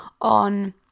on